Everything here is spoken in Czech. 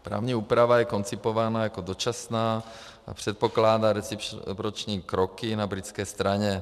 Právní úprava je koncipována jako dočasná a předpokládá reciproční kroky na britské straně.